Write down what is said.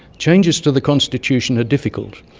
changes to the constitution are difficult,